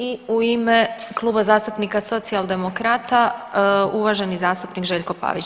I u ime Kluba zastupnika Socijaldemokrata uvaženi zastupnik Željko Pavić.